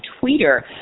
tweeter